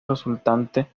resultante